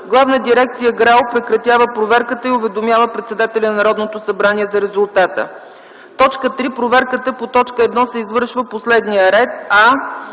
Главна дирекция ГРАО прекратява проверката и уведомява председателя на Народното събрание за резултата. 3. Проверката по т. 1 се извършва по следния ред: а)